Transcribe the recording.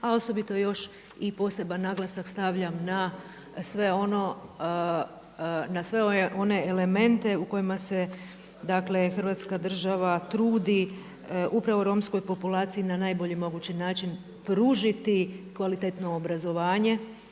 A osobito još i poseban naglasak stavljam na sve one elemente u kojima se Hrvatska država trudi upravo romskoj populaciji na najbolji mogući način pružiti kvalitetno obrazovanje.